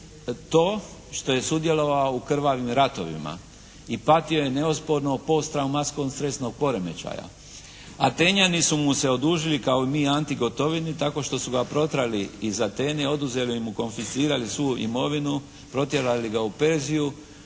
to što je sudjelovao u krvavim ratovima i patio je neosporno od posttraumatskog stresnog poremećaja. Atenjani su mu se odužili kao i mi Anti Gotovini tako što su ga protjerali iz Atene i oduzeli mu, konfiscirali svu imovinu. Protjerali ga u Perziju.